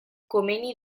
komeni